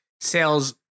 sales